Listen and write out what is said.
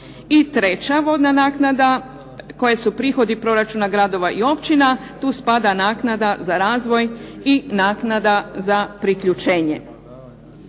i treća vodna naknada koje su prihodi proračuna gradova i općina tu spada naknada za razvoj i naknada za priključenje.